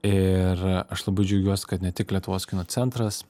ir aš labai džiaugiuos kad ne tik lietuvos kino centras